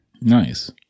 Nice